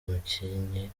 umukinnyi